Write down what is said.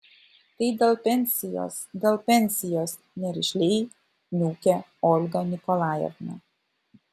tai dėl pensijos dėl pensijos nerišliai niūkė olga nikolajevna